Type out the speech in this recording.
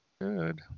good